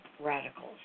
radicals